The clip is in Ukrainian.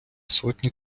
сотні